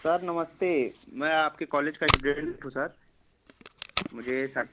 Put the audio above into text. sir नमस्ते मैं आपके कॉलेज का इस्टूडेंट हूँ सर मुझे सर